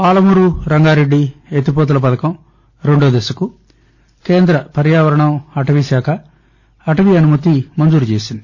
పాలమూరు రంగారెడ్ది ఎత్తిపోతల పథకం రెండవ దశను కేందం పర్యావరణ అటవీశాఖ అటవీ అనుమతి మంజూరు చేసింది